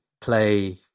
play